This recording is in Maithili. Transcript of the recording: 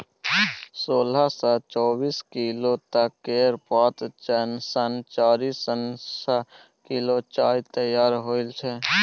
सोलह सँ चौबीस किलो तक केर पात सँ चारि सँ छअ किलो चाय तैयार होइ छै